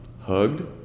hugged